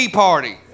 party